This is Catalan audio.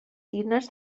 tines